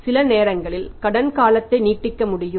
சில நேரங்களில் கடன் காலத்தை நீட்டிக்க முடியும்